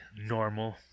normal